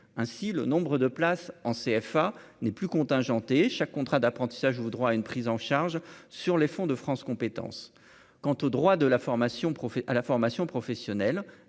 ainsi le nombre de places en CFA n'est plus contingentés chaque contrat d'apprentissage ou droit à une prise en charge sur les fonds de France compétences quant au droit de la formation profite